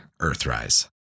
Earthrise